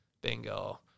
Bingo